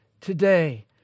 today